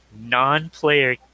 non-player